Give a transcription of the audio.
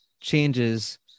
changes